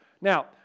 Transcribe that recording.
Now